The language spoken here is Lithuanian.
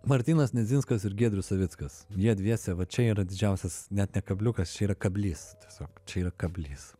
martynas nedzinskas ir giedrius savickas jie dviese va čia yra didžiausias net ne kabliukas čia yra kablys tiesiog čia yra kablys